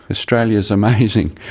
australia is amazing.